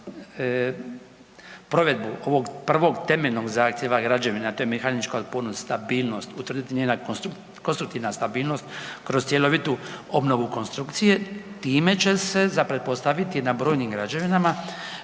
provedbu ovog prvog temeljnog zahtjeva građevina, a to je mehanička otpornost i stabilnost, utvrditi njena konstruktivna stabilnost kroz cjelovitu obnovu konstrukcije time će se, za pretpostaviti je, na brojnim građevinama